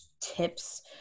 tips